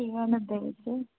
केह्डे नबे दिते